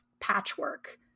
patchwork